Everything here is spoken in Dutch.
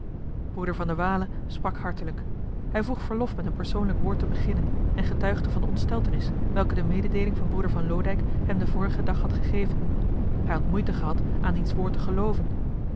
sprak hartelijk hij vroeg verlof met een persoonlijk woord te beginnen en getuigde van de ontsteltenis welke de mededeeling van broeder van loodijck hem den vorigen dag had gegeven hij had moeite gehad aan diens woord te gelooven